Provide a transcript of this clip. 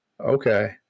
Okay